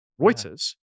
Reuters